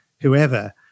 whoever